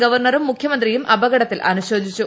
ഗവർണറും മുഖ്യമന്ത്രിയും അപകടത്തിൽ അനുശോചിച്ചു